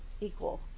equal